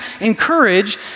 encourage